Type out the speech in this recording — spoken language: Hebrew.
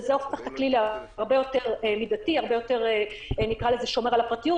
וזה הופך את הכלי להרבה יותר מידתי ולהרבה יותר שומר על הפרטיות.